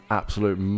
absolute